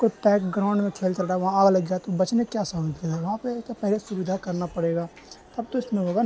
کوئی پیک گراؤنڈ میں کھیل چل رہا وہاں آگ لگ جائے تو بچنے کی کیا سہولیت ہے وہاں پہ ایک پہلے سویدھا کرنا پڑے گا تب تو اس میں ہوگا